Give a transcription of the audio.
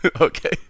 Okay